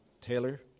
Taylor